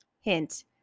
hint